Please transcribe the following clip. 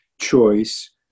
choice